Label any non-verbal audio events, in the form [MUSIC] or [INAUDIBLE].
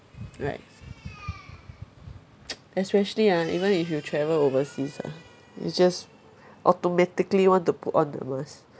right [NOISE] especially ah even if you travel overseas ah you just automatically want to put on the mask